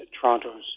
Toronto's